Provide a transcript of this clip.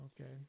Okay